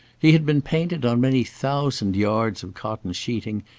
he had been painted on many thousand yards of cotton sheeting,